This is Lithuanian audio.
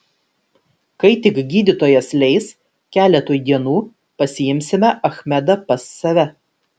kai tik gydytojas leis keletui dienų pasiimsime achmedą pas save